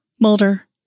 Mulder